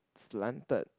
slanted